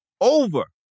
over